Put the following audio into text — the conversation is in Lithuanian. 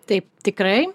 taip tikrai